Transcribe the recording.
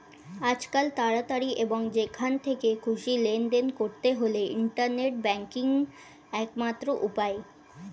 আজকাল তাড়াতাড়ি এবং যেখান থেকে খুশি লেনদেন করতে হলে ইন্টারনেট ব্যাংকিংই একমাত্র উপায়